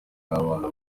n’abana